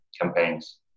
campaigns